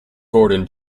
gordon